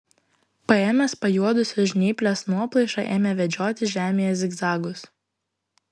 paėmęs pajuodusios žnyplės nuoplaišą ėmė vedžioti žemėje zigzagus